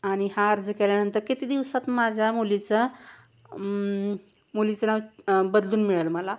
आणि हा अर्ज केल्यानंतर किती दिवसात माझ्या मुलीचा मुलीचं नाव बदलून मिळेल मला